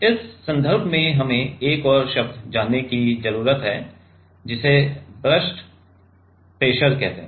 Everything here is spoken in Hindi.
अब इस संदर्भ में हमें एक और शब्द जानने की जरूरत है जिसे बर्स्ट प्रेशर कहते हैं